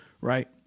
Right